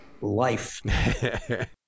life